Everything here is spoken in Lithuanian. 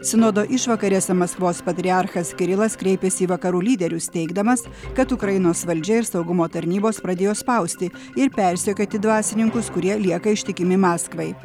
sinodo išvakarėse maskvos patriarchas kirilas kreipėsi į vakarų lyderius teigdamas kad ukrainos valdžia ir saugumo tarnybos pradėjo spausti ir persekioti dvasininkus kurie lieka ištikimi maskvai